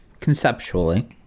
conceptually